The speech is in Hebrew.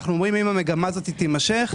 אם המגמה הזאת תימשך,